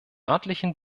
örtlichen